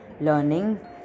Learning